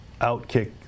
OutKick